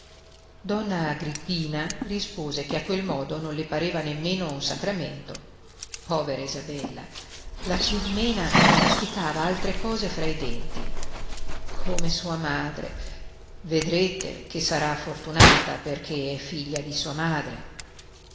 donna agrippina rispose che a quel modo non le pareva nemmeno un sagramento povera isabella la cirmena masticava altre cose fra i denti come sua madre vedrete che sarà fortunata perché è figlia di sua madre